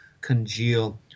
congeal